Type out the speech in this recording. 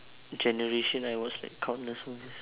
generation I watched like countless movies